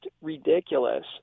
ridiculous